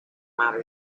outer